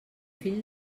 fill